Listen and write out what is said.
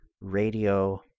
radio